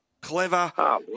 Clever